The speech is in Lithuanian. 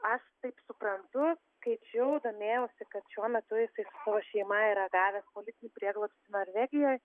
aš taip suprantu skaičiau domėjausi kad šiuo metu jisai su savo šeima yra gavęs politinį prieglobstį norvegijoj